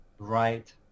right